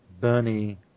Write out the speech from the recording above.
Bernie